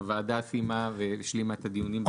הוועדה סיימה והשלימה את הדיונים.